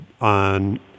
on –